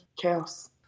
chaos